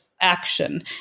action